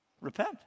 Repent